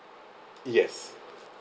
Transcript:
yes